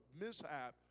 mishap